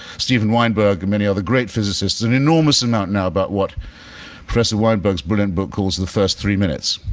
steven weinberg and many other great physicists, an enormous amount now about what professor weinberg's brilliant book calls the first three minutes,